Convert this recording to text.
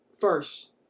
First